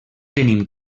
tenim